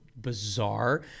bizarre